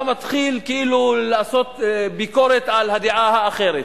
מתחיל כאילו לעשות ביקורת על הדעה האחרת.